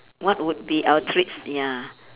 what would be our treats ya